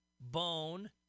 Bone